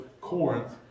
Corinth